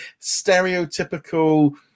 stereotypical